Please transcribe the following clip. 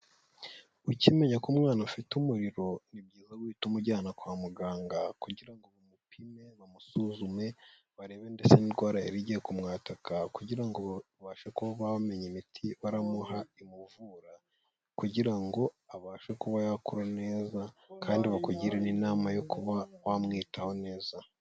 Ukimenya ko umwana ufite umuriro, ni byiza guhita umujyana kwa muganga, kugira ngo bamupime, bamusuzume barebe ndetse n'indwara yari igiye kumwataka, kugira ngo babashe kubaho bamenya imiti baramuha imuvura, kugira ngo abashe kuba yakura neza kandi bakugire n'inama yo kuba wamwitaho neza.